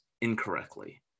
incorrectly